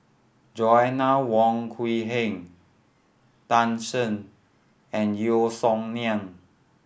Joanna Wong Quee Heng Tan Shen and Yeo Song Nian